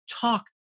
talk